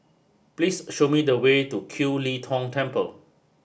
please show me the way to Kiew Lee Tong Temple